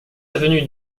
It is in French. avenue